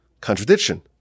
contradiction